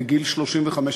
בגיל 35,